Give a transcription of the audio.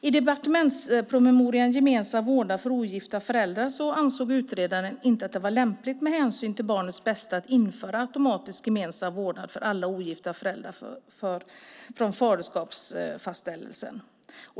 I departementspromemorian Gemensam vårdnad för ogifta föräldrar ansåg utredaren inte att det var lämpligt med hänsyn till barnets bästa att införa automatisk gemensam vårdnad för alla ogifta föräldrar från faderskapsfastställelsen.